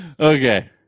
Okay